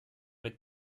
mit